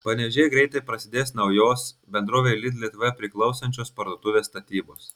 panevėžyje greitai prasidės naujos bendrovei lidl lietuva priklausančios parduotuvės statybos